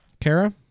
Kara